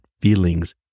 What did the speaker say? feelings